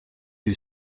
two